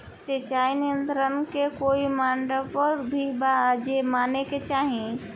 सिचाई निर्धारण के कोई मापदंड भी बा जे माने के चाही?